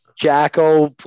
jacko